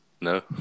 No